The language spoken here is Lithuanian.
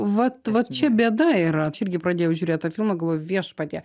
vat vat čia bėda yra irgi pradėjau žiūrėt tą filmą galvoju viešpatie